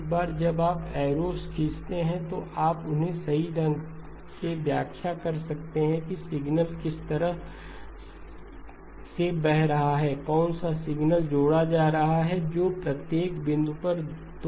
एक बार जब आप एरोस खींचते हैं तो आप उन्हें सही ढंग से व्याख्या कर सकते हैं कि सिग्नल किस तरह से बह रहा है कौन सा सिग्नल जोड़ा जा रहा है जो प्रत्येक बिंदु पर 2 जोड़े जा रहे हैं